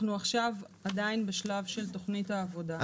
אנחנו עכשיו עדיין בשלב של תוכנית העבודה.